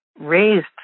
raised